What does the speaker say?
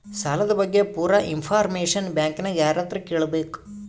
ಸಾಲದ ಬಗ್ಗೆ ಪೂರ ಇಂಫಾರ್ಮೇಷನ ಬ್ಯಾಂಕಿನ್ಯಾಗ ಯಾರತ್ರ ಕೇಳಬೇಕು?